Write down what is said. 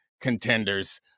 contenders